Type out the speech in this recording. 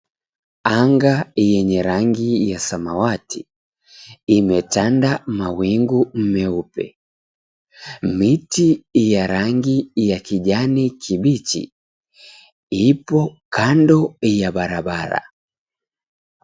Anga yenye rangi ya samawati imetanda mawingu meupe. Miti ya rangi ya kijani kibichi ipo kando ya barabara.